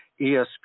ESP